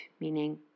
meaning